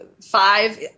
five